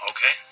Okay